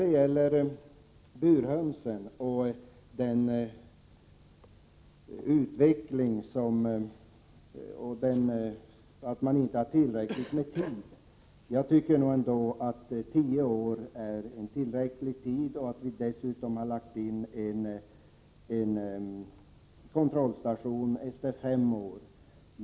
Beträffande burhönsen sades det att tiden var för kort. Jag tycker ändå att tio år är tillräckligt lång tid. Dessutom har vi lagt in en kontrollstation efter fem år.